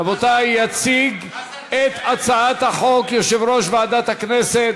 יציג את הצעת החוק יושב-ראש ועדת הכנסת